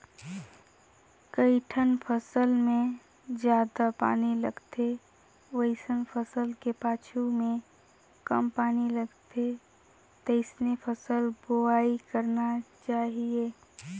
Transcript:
कइठन फसल मे जादा पानी लगथे वइसन फसल के पाछू में कम पानी लगथे तइसने फसल बोवाई करना चाहीये